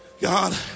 god